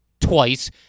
twice